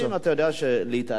להתעלם זו הדרך הנכונה.